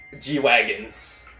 G-wagons